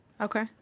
okay